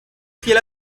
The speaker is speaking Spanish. fiel